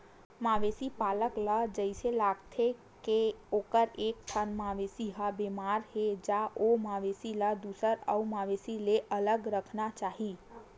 मवेशी पालक ल जइसे लागथे के ओखर एकठन मवेशी ह बेमार हे ज ओ मवेशी ल दूसर अउ मवेशी ले अलगे राखना चाही